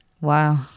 Wow